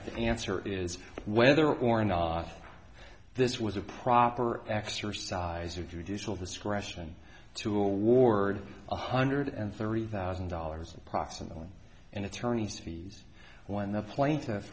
have to answer is whether or not this was a proper exercise of judicial discretion to award one hundred and thirty thousand dollars approximately in attorney's fees when the pla